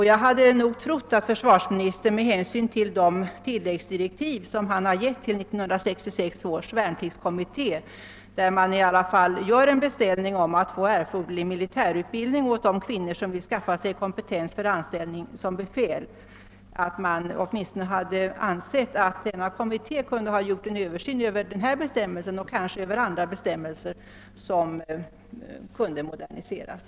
Jag hade nog trott att försvarsministern med hänsyn till de tilläggsdirektiv som han givit 1966 års värnpliktskommitté och som innebär en beställning av erforderlig militärutbildning åt de kvinnor, vilka vill skaffa sig kompetens för anställning som befäl, åtminstone borde ha kunnat anse att kommittén kunde överse denna och kanske även andra bestämmelser som kunde moderniseras.